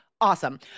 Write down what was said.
Awesome